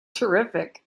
terrific